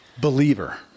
believer